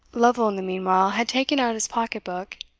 lovel in the meanwhile had taken out his pocket-book,